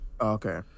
okay